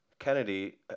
Kennedy